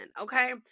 Okay